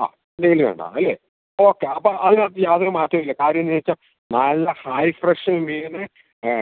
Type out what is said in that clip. ആ ഡെയിലി വേണ്ടതാണ് അല്ലേ ഓക്കെ അപ്പോള് അതിനകത്തു യാതൊരു മാറ്റവുമില്ല കാര്യമെന്നുവച്ചാല് നല്ല ഹൈ ഫ്രഷ് മീന്